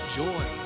joy